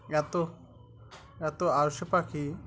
এত এত আলসে পাখি